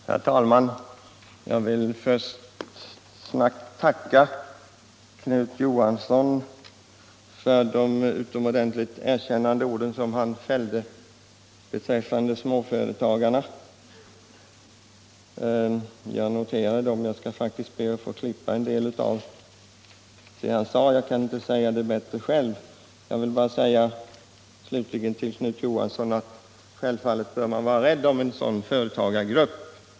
Herr talman! Jag vill först tacka Knut Johansson för de utomordentligt erkännsamma ord han fällde om småföretagarna. Jag noterade dem och skall faktiskt be att få klippa en del av vad han sade. Jag kan inte säga det bättre själv. Självfallet bör man vara rädd om en sådan företagargrupp.